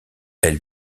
elle